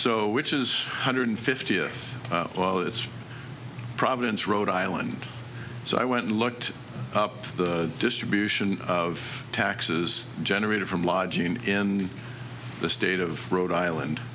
so which is hundred fiftieth well it's providence rhode island so i went and looked up the distribution of taxes generated from lodging in the state of rhode island